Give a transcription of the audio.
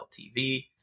LTV